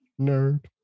nerd